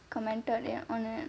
commented i~ on it